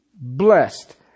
blessed